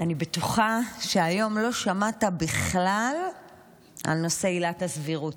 אני בטוחה שהיום לא שמעת בכלל על נושא עילת הסבירות,